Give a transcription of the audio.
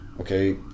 okay